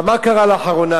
עכשיו, מה קרה לאחרונה?